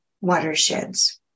Watersheds